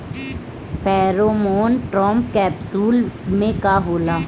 Pheromone trap capsule में का होला?